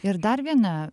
ir dar viena